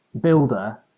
builder